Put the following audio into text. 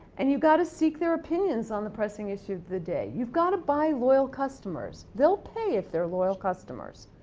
and, you've gotta seek their opinions on the pressing issue of the day. you've gotta buy loyal customers. they'll pay if they're loyal customers.